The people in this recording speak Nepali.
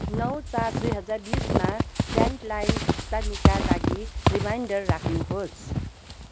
नौ चार दुई हजार बिसमा ल्यान्डलाइन भुक्तानीका लागि रिमाइन्डर राख्नुहोस्